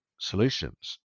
solutions